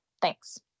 Thanks